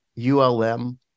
ULM